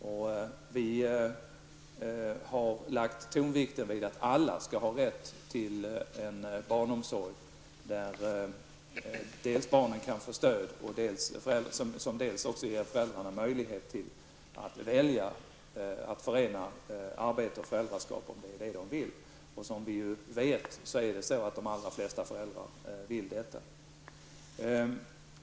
Vad gäller oss ligger tonvikten vid att alla skall ha rätt till en barnomsorg där barnen kan få stöd och där föräldrarna har möjlighet att välja -- om de nu vill förena arbete med föräldraskapet. De allra flesta föräldrar vill ju göra det.